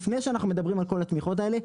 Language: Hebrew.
לפני שאנחנו מדברים על כל התמיכות האלה,